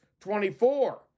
24